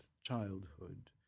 childhood